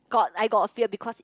got I got a fear because